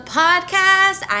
podcast